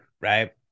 Right